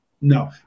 no